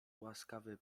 łaskawy